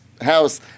house